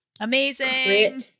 Amazing